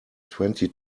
twenty